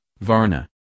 Varna